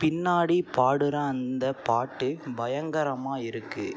பின்னாடி பாடுகிற அந்த பாட்டு பயங்கரமாக இருக்குது